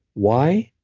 why?